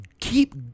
Keep